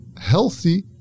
healthy